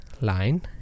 line